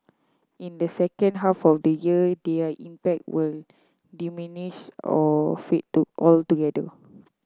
in the second half of the year their impact will diminish or fade to altogether